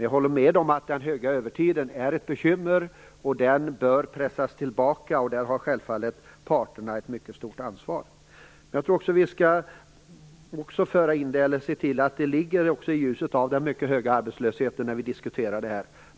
Jag håller med om att den stora övertiden är ett bekymmer. Den bör pressas tillbaka. Där har självfallet parterna ett mycket stort ansvar. Jag tror också att vi skall diskutera detta i ljuset av den mycket höga arbetslösheten.